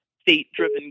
state-driven